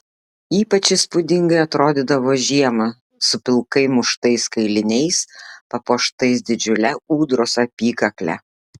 ypač įspūdingai atrodydavo žiemą su pilkai muštais kailiniais papuoštais didžiule ūdros apykakle